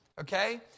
okay